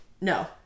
No